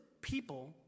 people